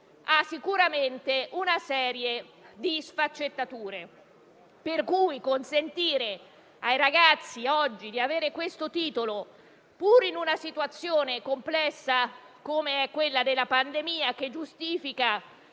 ha sicuramente una serie di sfaccettature. Pertanto, consentire ai ragazzi oggi di avere questo titolo, pure in una situazione complessa come quella della pandemia, che giustifica